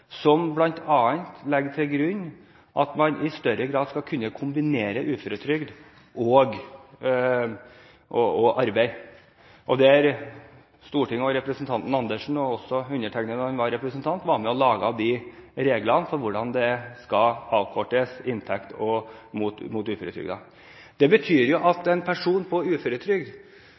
som bl.a. legger til grunn at man i større grad skal kunne kombinere uføretrygd og arbeid. Stortinget, inkludert representanten Karin Andersen og undertegnede, da jeg var representant, var med på å lage reglene for hvordan uføretrygden skal avkortes mot inntekten. Det betyr at en person på uføretrygd